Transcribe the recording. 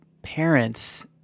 parents